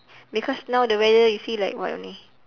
because now the weather you see like what only